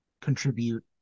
contribute